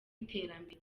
iterambere